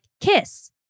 kiss